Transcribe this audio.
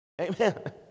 Amen